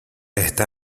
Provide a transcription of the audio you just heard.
está